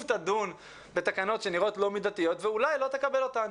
תדון בתקנות שנראות לא מידתיות ואולי לא תקבל אותן.